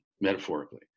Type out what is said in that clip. metaphorically